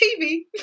TV